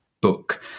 book